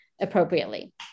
appropriately